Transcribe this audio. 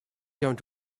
going